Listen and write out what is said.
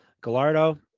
Gallardo